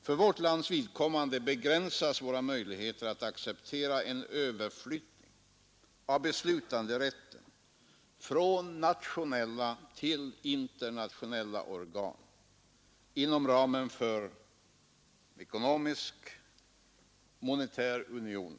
För vårt lands vidkommande begränsas våra möjligheter att acceptera en överflyttning av beslutanderätten från nationella till internationella organ inom ramen för exempelvis en ekonomisk och monetär union.